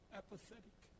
apathetic